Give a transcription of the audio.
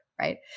right